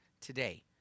today